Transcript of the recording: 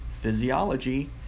physiology